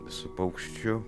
su paukščiu